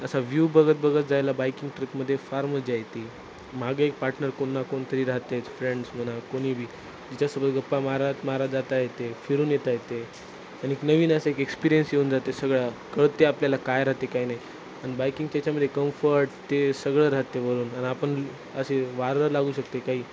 असा व्ह्यू बघत बघत जायला बाईकिंग ट्रिपमध्ये फार मजा येते मागं एक पार्टनर कोणीना कोणीतरी राहतेच फ्रेंड्स म्हणा कोणी बी तिच्यासोबत गप्पा मारत मारत जाता येते फिरून येता येते आणिक नवीन असं एक एक्सपिरियन्स येऊन जाते सगळ्या कळते आपल्याला काय राहते काय नाही आणि बाईकिंग त्याच्यामध्ये कम्फर्ट ते सगळं राहते वरून आणि आपण असे वारं लागू शकते काही